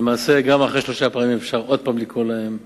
למעשה, גם אחרי שלוש פעמים אפשר לקרוא להם שוב,